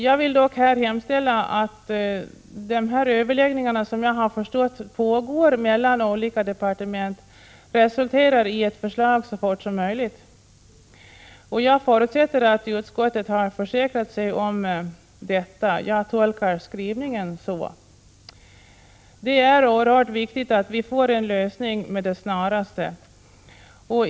Jag vill dock här hemställa att dessa överläggningar, som enligt vad jag har förstått pågår mellan olika departement, resulterar i ett förslag så snart som möjligt. Jag förutsätter att utskottet har försäkrat sig om detta — jag tolkar skrivningen så. Det är oerhört viktigt att vi får en lösning med det snaraste.